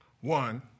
One